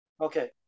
Okay